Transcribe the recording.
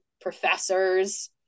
professors